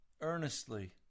earnestly